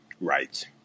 Right